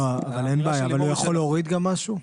אין בעיה, אבל הוא יכול להוריד גם משהו.